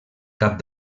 cap